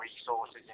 resources